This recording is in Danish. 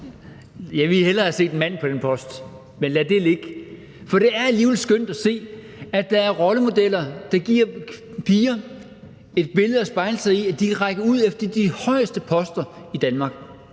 Jeg ville hellere have set en mand på den post, men lad det ligge. For det er alligevel skønt at se, at der er rollemodeller, der giver piger et billede at spejle sig i. De kan række ud efter de højeste poster i Danmark: